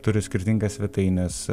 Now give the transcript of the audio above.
turi skirtingas svetaines